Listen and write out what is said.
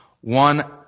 one